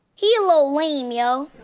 he a little lame, yo.